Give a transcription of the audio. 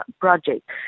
project